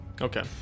Okay